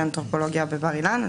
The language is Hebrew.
ואנתרופולוגיה באוניברסיטת בר אילן.